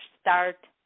start